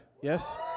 Yes